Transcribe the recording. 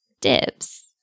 dibs